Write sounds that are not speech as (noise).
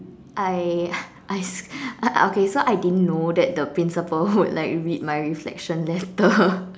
I I uh okay so I didn't know my principal would like read my reflection letter (laughs)